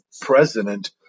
president